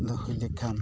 ᱫᱚ ᱦᱩᱭ ᱞᱮᱠᱟᱱ